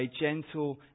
gentle